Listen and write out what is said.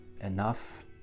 enough